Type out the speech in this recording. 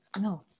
No